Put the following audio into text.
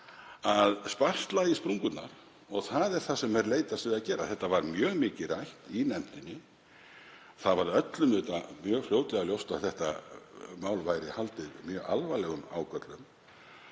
að sparsla í sprungurnar og það er það sem er leitast við að gera. Þetta var mjög mikið rætt í nefndinni. Það var öllum mjög fljótlega ljóst að þetta mál væri haldið mjög alvarlegum ágöllum.